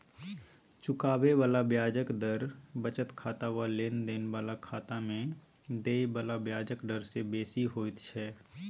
चुकाबे बला ब्याजक दर बचत खाता वा लेन देन बला खाता में देय बला ब्याजक डर से बेसी होइत छै